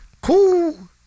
Cool